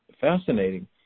fascinating